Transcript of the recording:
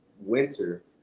winter